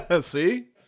See